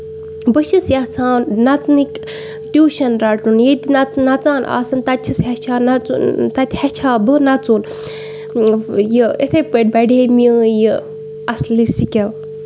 بہٕ چھَس یَژھان نَژَنٕکۍ ٹیٚوٗشن رَٹُن ییٚتہِ نژ نَژان آسن تَتہِ چھَس ہٮ۪چھان نَژُن تَتہِ ہٮ۪چھٕ ہا بہٕ نَژُن یہِ یِتھٕے پٲٹھۍ بَڑِ ہا میٲنۍ یہِ اَصٕلی سِکِل